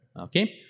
Okay